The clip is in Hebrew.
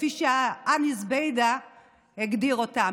כפי שהני זובידה הגדיר אותו.